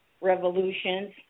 revolutions